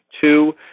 two